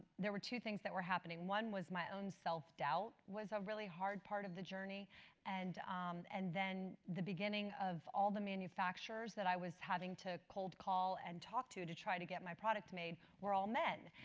there were two things that were happening. one was my own self-doubt was a really hard part of the journey and and then the beginning of all the manufacturers that i was having to cold call, and talked to to try to get my product made were all men.